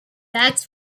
bags